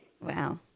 Wow